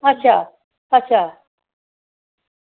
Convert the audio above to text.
अच्छा अच्छा